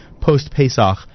post-Pesach